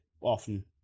often